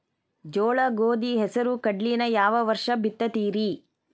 ಜೋಳ, ಗೋಧಿ, ಹೆಸರು, ಕಡ್ಲಿನ ಯಾವ ವರ್ಷ ಬಿತ್ತತಿರಿ?